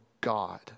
God